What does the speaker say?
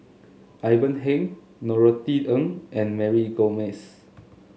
Ivan Heng Norothy Ng and Mary Gomes